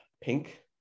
Pink